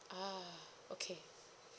ah okay